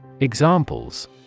Examples